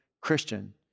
Christian